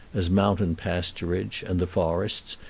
as mountain pasturage and the forests,